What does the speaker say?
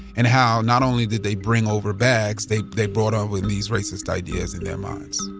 and how, not only did they bring over bags, they they brought over these racist ideas in their minds.